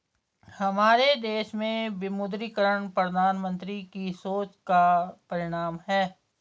हमारे देश में विमुद्रीकरण प्रधानमन्त्री की सोच का परिणाम है